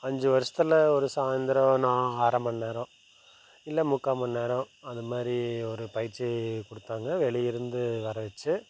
அஞ்சு வருஷத்தில் ஒரு சாயந்தரம் நான் அரை மணிநேரோம் இல்லை முக்கால் மணிநேரோம் அந்த மாதிரி ஒரு பயிற்சி கொடுத்தாங்க வெளியிலேருந்து வர வெச்சு